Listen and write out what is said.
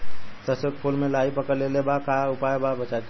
सरसों के फूल मे लाहि पकड़ ले ले बा का उपाय बा बचेके?